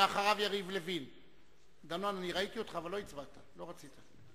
אחריו, חבר הכנסת יריב לוין.